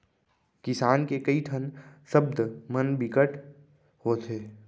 किसान के कइ ठन सब्द मन बिकट होथे